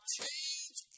change